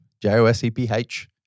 J-O-S-E-P-H